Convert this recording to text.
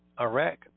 Iraq